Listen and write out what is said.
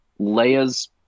Leia's